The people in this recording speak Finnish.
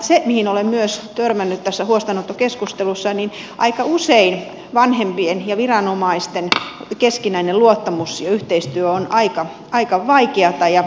se mihin olen myös törmännyt tässä huostaanottokeskustelussa on se että aika usein vanhempien ja viranomaisten keskinäinen luottamus ja yhteistyö on aika vaikeata